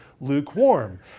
lukewarm